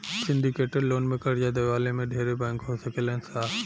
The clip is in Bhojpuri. सिंडीकेटेड लोन में कर्जा देवे वाला में ढेरे बैंक हो सकेलन सा